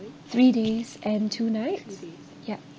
three days and two nights yup